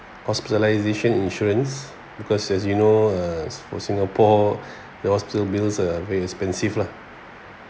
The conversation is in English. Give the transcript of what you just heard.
hospitalisation insurance because as you know uh for singapore the hospital bills are very expensive lah